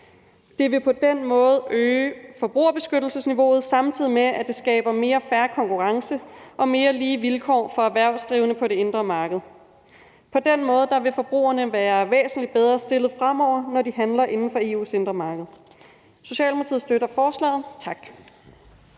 Det vil på den måde øge forbrugerbeskyttelsesniveauet, samtidig med at det skaber mere fair konkurrence og mere lige vilkår for erhvervsdrivende på det indre marked. På den måde vil forbrugerne være væsentlig bedre stillet fremover, når de handler inden for EU's indre marked. Socialdemokratiet støtter forslaget. Tak.